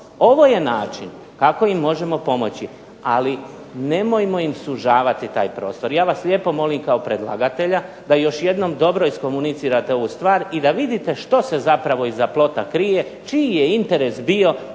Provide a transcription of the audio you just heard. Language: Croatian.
Ovo je način kako im možemo pomoći, ali nemojmo im sužavati taj prostor. Ja vas lijepo molim kao predlagatelja da još jednom dobro iskomunicirate ovu stvar i da vidite što se zapravo iza plota krije, čiji je interes bio